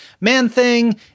Man-Thing